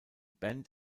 band